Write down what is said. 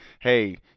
Hey